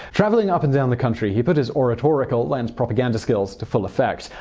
traveling up and down the country, he put his oratorical and propaganda skills to full effect.